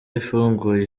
ifunguye